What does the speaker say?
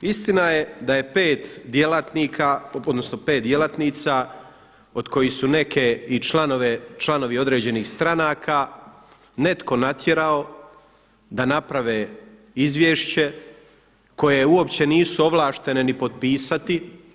Istina je da je pet djelatnika, odnosno pet djelatnica koje su neke i članovi određenih stranaka netko natjerao da naprave izvješće koje uopće nisu ovlaštene ni potpisati.